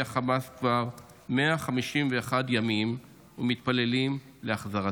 החמאס כבר 151 ימים ומתפללים להחזרתה.